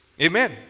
Amen